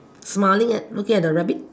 smiling and looking at the rabbit